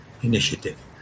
initiative